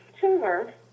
tumor